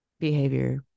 Behavior